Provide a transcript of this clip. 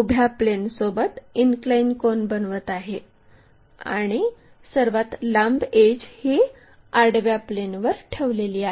उभ्या प्लेनसोबत इनक्लाइन कोन बनवित आहे आणि सर्वात लांब एड्ज ही आडव्या प्लेनवर ठेवलेली आहे